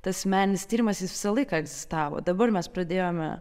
tas meninis tyrimas jis visą laiką egzistavo dabar mes pradėjome